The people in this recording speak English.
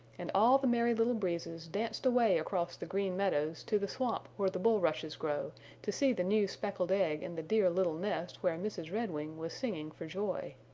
and all the merry little breezes danced away across the green meadows to the swamp where the bulrushes grow to see the new speckled egg in the dear little nest where mrs. redwing was singing for joy.